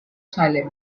silent